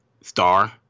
star